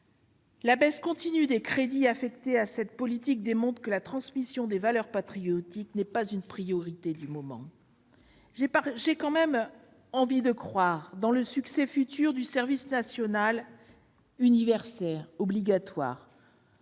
La baisse continue des crédits affectés à cette politique démontre que la transmission des valeurs patriotiques n'est pas une priorité du moment. J'ai malgré tout envie de croire dans le succès futur du service national universel obligatoire,